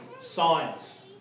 science